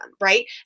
Right